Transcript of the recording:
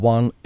One